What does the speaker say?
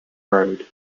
erode